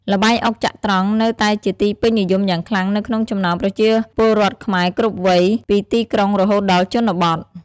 ល្បែងអុកចត្រង្គនៅតែជាទីពេញនិយមយ៉ាងខ្លាំងនៅក្នុងចំណោមប្រជាពលរដ្ឋខ្មែរគ្រប់វ័យពីទីក្រុងរហូតដល់ជនបទ។